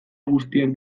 guztiak